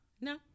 no